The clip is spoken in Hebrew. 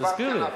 מצוין.